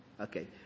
Okay